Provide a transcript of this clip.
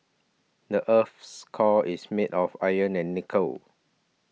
the earth's core is made of iron and nickel